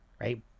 right